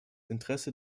interesse